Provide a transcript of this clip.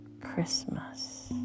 Christmas